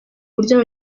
buryo